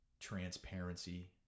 transparency